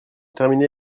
terminé